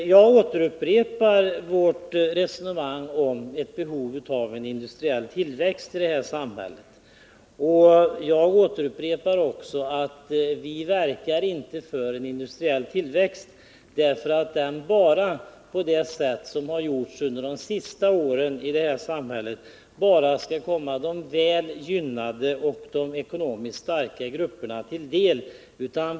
Jag återupprepar vårt resonemang om behovet av en industriell tillväxt i det här samhället. Jag återupprepar också att vi inte verkar för en industriell tillväxt för att den på det sätt som den har gjort under de senaste åren skall komma de väl gynnade och ekonomiskt starkare grupperna till del.